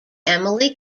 emily